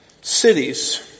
cities